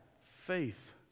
faith